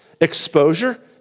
Exposure